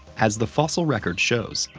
as the fossil record shows,